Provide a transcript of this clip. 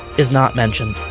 is not mentioned